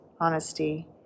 honesty